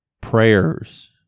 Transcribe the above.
prayers